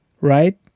right